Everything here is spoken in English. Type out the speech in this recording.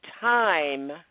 time